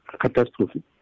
catastrophe